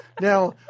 Now